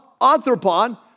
anthropon